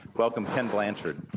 welcome, ken blanchard.